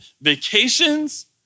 vacations